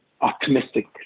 optimistic